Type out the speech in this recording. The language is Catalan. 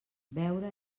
beure